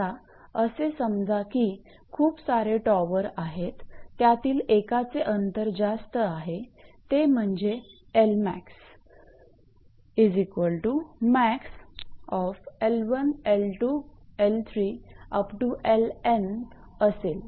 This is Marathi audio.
आता असे समजा की खूप सारे टॉवर आहेत त्यातील एकाचे अंतर जास्त आहे ते म्हणजे 𝐿𝑚𝑎𝑥 max𝐿1 𝐿2 𝐿3 𝐿𝑛 असेल